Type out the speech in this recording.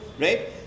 right